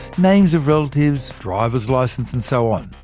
names of relatives, driver's licence, and so on.